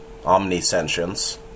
omnisentience